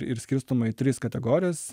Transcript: ir skirstoma į tris kategorijas